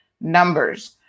numbers